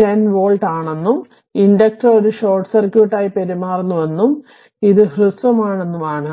10 V ആണെന്നും inductor ഒരു short സർക്യൂട്ടായി പെരുമാറുന്നുവെന്നും അതിനാൽ ഇത് ഹ്രസ്വമാണെന്നും ആണ്